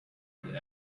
and